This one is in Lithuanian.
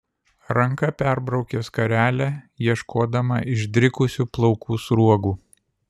ranka perbraukė skarelę ieškodama išdrikusių plaukų sruogų